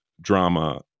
drama